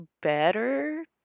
better